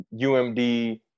UMD